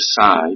decide